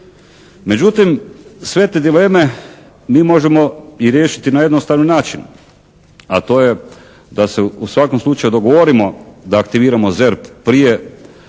Međutim, sve te dileme mi možemo i riješiti na jednostavan način. A to je da se u svakom slučaju dogovorimo da aktiviramo ZERP prije